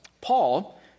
Paul